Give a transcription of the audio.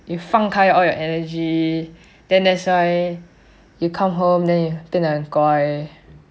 you 放开 all your energy then that's why you come home then you then like guai